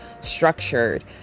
structured